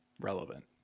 relevant